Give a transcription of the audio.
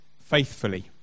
faithfully